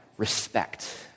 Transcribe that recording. Respect